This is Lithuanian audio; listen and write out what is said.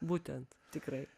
būtent tikrai